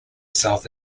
south